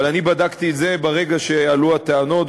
אבל אני בדקתי את זה ברגע שעלו הטענות,